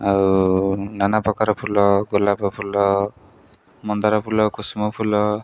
ଆଉ ନାନା ପ୍ରକାର ଫୁଲ ଗୋଲାପ ଫୁଲ ମନ୍ଦାର ଫୁଲ କୁସୁମ ଫୁଲ